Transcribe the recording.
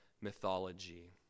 mythology